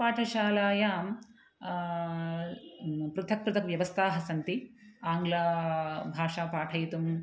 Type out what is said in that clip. पाठशालायां पृथक् पृथक् व्यवस्थाः सन्ति आङ्लभाषां पाठयितुम्